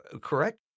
correct